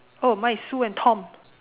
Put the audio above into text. oh mine is sue and tom